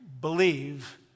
believe